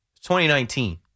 2019